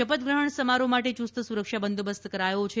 શપથગ્રહણ સમારોહ માટે ચુસ્ત સુરક્ષા બંદોબસ્ત કરાયો છે